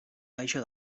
gaixo